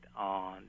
on